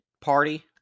party